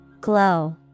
Glow